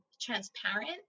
transparent